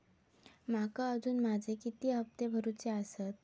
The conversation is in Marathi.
माका अजून माझे किती हप्ते भरूचे आसत?